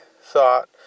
thought